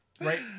right